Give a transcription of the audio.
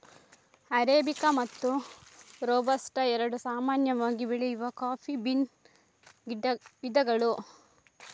arabica ಮತ್ತು robusta ಎರಡು ಸಾಮಾನ್ಯವಾಗಿ ಬೆಳೆಯುವ ಕಾಫಿ ಬೀನ್ ವಿಧಗಳು